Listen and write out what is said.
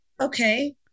okay